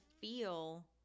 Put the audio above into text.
feel